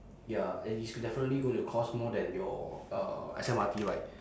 ya and it's definitely going to cost more than your uh S_M_R_T ride